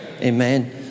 amen